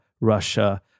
Russia